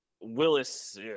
Willis